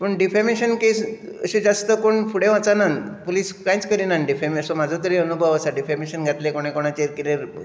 पूण defamation case अशे ज्यास्त कोण फुडें वचानान पुलीस कांयच करिनान डिफेमेशन म्हाजो तरी अनुभव आसा डिफेमेशन घातलें कोणें कोणाचेर कितें